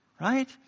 right